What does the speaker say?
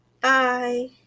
bye